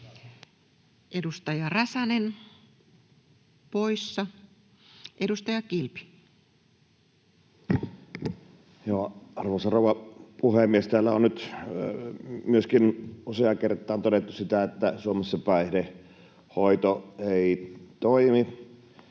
Edustaja Räsänen, poissa. — Edustaja Kilpi. Arvoisa rouva puhemies! Täällä on nyt useaan kertaan todettu se, että Suomessa päihdehoito ei toimi,